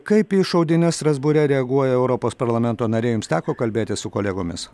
kaip į šaudynes strasbūre reaguoja europos parlamento nariai jums teko kalbėtis su kolegomis